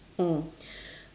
mm